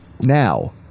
Now